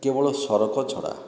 କେବଳ ସରକ ଛଡ଼ା